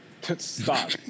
Stop